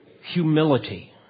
humility